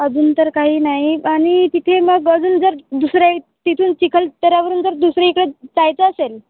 अजून तर काही नाही आणि तिथे मग अजून जर दुसऱ्या तिथून चिखलदरावरून जर दुसरं इकडे जायचं असेल